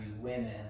women